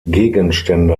gegenstände